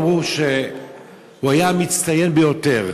אמרו שהוא היה המצטיין ביותר.